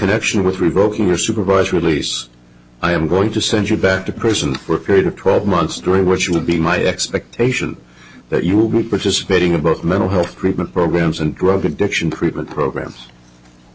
have with revoking your supervised release i am going to send you back to prison for a period of twelve months during which will be my expectation that you will be participating about mental health treatment programs and drug addiction treatment programs